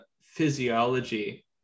physiology